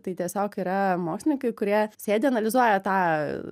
tai tiesiog yra mokslininkai kurie sėdi analizuoja tą